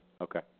Okay